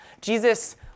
Jesus